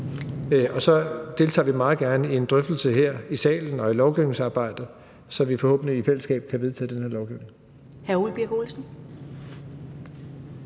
Vi deltager meget gerne i en drøftelse her i salen og i lovgivningsarbejdet, så vi forhåbentlig i fællesskab kan vedtage den her lovgivning.